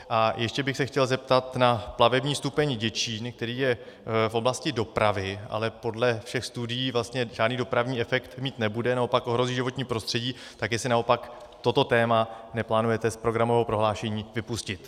A ještě bych se chtěl zeptat na plavební stupeň Děčín, který je v oblasti dopravy, ale podle všech studií vlastně žádný dopravní efekt mít nebude, naopak ohrozí životní prostředí, tak jestli naopak toto téma neplánujete z programového prohlášení vypustit.